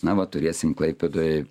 na va turėsim klaipėdoj